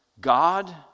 God